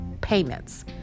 payments